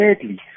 Sadly